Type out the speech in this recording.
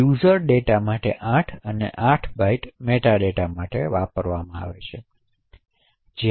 વપરાશકર્તાના data માટે 8 અને 8 વધુ બાઇટ્સ મેટા ડેટા માટે આપશે